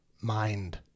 mind